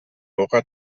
nora